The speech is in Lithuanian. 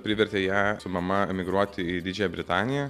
privertė ją su mama emigruoti į didžiąją britaniją